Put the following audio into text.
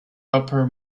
upper